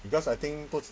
because I think